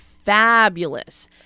fabulous